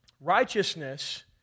righteousness